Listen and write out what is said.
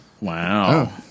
Wow